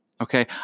Okay